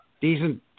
Decent